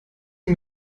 die